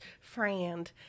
friend